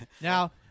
now